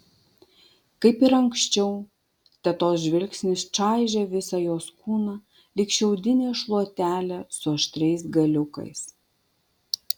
kaip ir anksčiau tetos žvilgsnis čaižė visą jos kūną lyg šiaudinė šluotelė su aštriais galiukais